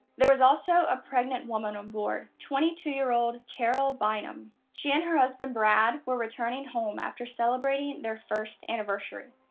there was also a pregnant woman on board twenty two year old carol bynum. she and her husband, brad, were returning home after celebrating their first anniversary.